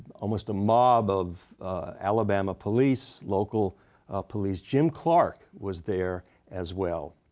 almost a mob of alabama police, local police. jim clark was there as well.